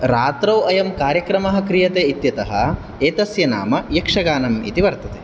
रात्रौ अयं कार्यक्रमः क्रियते इत्यतः एतस्य नाम यक्षगानम् इति वर्तते